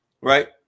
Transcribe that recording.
right